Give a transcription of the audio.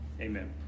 amen